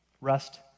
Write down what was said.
rest